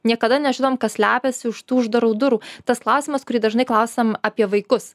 niekada nežinom kas slepiasi už tų uždarų durų tas klausimas kurį dažnai klausiam apie vaikus